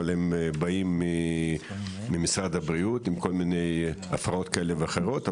אבל הם באים ממשרד הבריאות עם כל מיני הפרעות כאלה ואחרות,